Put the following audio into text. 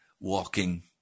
walking